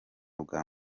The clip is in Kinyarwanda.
bwa